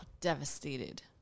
devastated